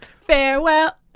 farewell